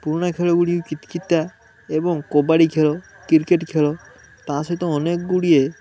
ପୁରୁଣା ଖେଳ ଗୁଡ଼ିକ କିତିକିତି ଏବଂ କବାଡ଼ି ଖେଳ କ୍ରିକେଟ ଖେଳ ତା ସହିତ ଅନେକ ଗୁଡ଼ିଏ